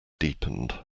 deepened